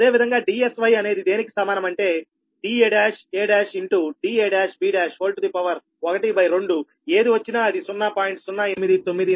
అదేవిధంగా Dsy అనేది దేనికి సమానం అంటే da1a1 da1b112ఏది వచ్చినా అది 0